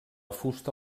fusta